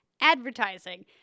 Advertising